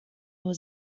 nur